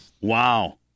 Wow